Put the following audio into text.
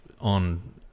on